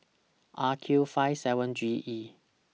R Q five seven G E